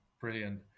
brilliant